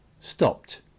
stopped